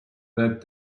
that